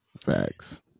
Facts